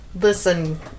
Listen